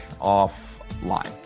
offline